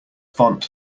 font